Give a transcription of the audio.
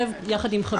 ויחד עם זאת,